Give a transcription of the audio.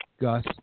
Gus